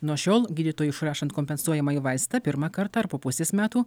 nuo šiol gydytojui išrašant kompensuojamąjį vaistą pirmą kartą ar po pusės metų